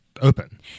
open